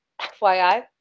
FYI